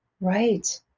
Right